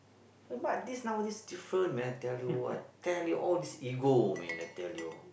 but this nowadays different man tell you I tell you all this ego man I tell you